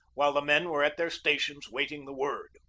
while the men were at their stations waiting the word.